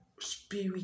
spirit